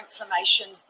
information